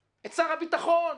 את שר הביטחון,